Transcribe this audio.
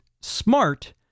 smart